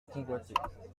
convoitait